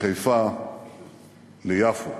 לחיפה, ליפו,